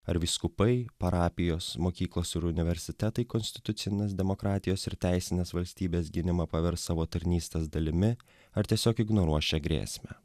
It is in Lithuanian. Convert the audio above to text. ar vyskupai parapijos mokyklos ir universitetai konstitucinės demokratijos ir teisinės valstybės gynimą pavers savo tarnystės dalimi ar tiesiog ignoruos šią grėsmę